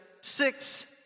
six